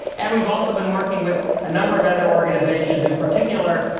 and we've also been working with a number of other organizations. in particular,